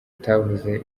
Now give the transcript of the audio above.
atavuze